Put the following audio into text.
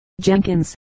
Jenkins